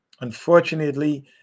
Unfortunately